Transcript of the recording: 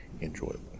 enjoyable